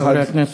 חברי הכנסת.